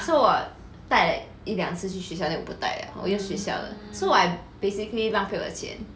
so 我带了一两次去学校 then 我不带了我用学校的 so I basically 浪费了我的钱